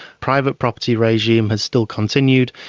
private property regime has still continued,